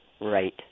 Right